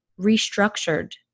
restructured